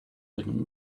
getting